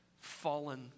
fallen